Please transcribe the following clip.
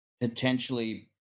potentially